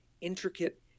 intricate